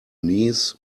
knees